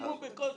מקסימום בחלל